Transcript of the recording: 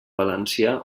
valencià